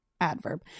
adverb